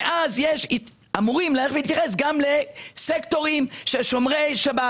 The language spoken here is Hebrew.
ואז אמורים להתייחס גם לסקטורים שומרי שבת.